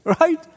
Right